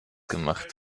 gemacht